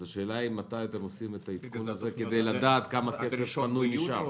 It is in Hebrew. השאלה היא מתי אתם עושים את העדכון הזה כדי לדעת כמה כסף יהיה.